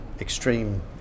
extreme